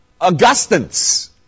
Augustine's